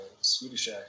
Swedish